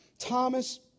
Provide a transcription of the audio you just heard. Thomas